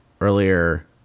earlier